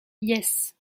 yes